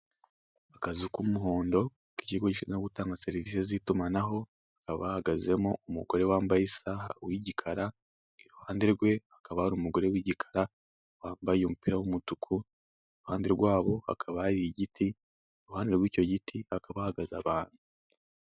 Akazu k'umuhondo k'ikigo gishinzwe gutanga serivisi z'itumanaho, hakaba hahagazemo umugore wambaye isaha, w'igikara. Iruhande rwe hakaba hari umugore w'igikara wambaye umupira w'umutuku. Iruhande rwabo hakaba hari igiti, iruhande rw'icyo giti hakaba hahagaze abantu.